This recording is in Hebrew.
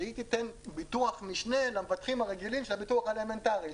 שהיא תיתן ביטוח משנה למבטחים הרגילים של הביטוח האלמנטרי.